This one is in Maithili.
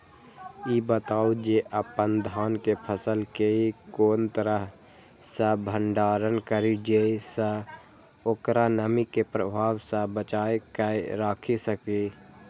ई बताऊ जे अपन धान के फसल केय कोन तरह सं भंडारण करि जेय सं ओकरा नमी के प्रभाव सं बचा कय राखि सकी?